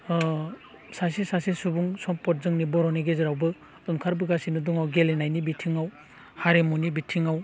सासे सासे सुबुं सम्पद जोंनि बर'नि गेजेरावबो ओंखारबोगासिनो दङ गेलेनायनि बिथिङाव हारिमुनि बिथिङाव